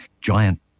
giant